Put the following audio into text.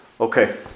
Okay